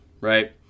right